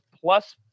plus